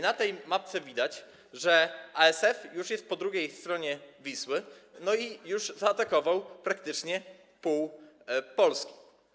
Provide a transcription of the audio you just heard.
Na tej mapce widać, że ASF już jest po drugiej stronie Wisły i już zaatakował praktycznie pół Polski.